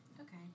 Okay